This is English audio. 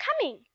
coming